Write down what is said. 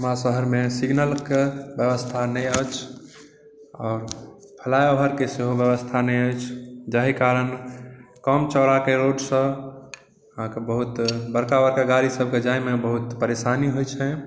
हमरा शहरमे सिग्नलके बेबस्था नहि अछि आओर फ्लाइओवरके सेहो बेबस्था नहि अछि जाहि कारण कम चौड़ाके रोडसँ अहाँके बहुत बड़का बड़का गाड़ी सबके जाइमे बहुत परेशानी होइ छै